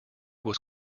was